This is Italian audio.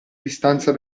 distanza